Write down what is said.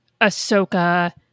Ahsoka